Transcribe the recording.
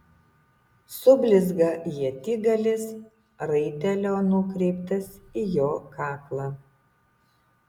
sublizga ietigalis raitelio nukreiptas į jo kaklą